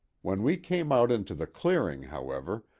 when we came out into the clearing, however,